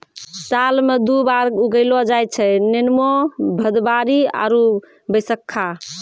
साल मॅ दु बार उगैलो जाय छै नेनुआ, भदबारी आरो बैसक्खा